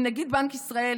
עם נגיד בנק ישראל,